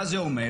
מה זה אומר?